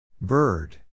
Bird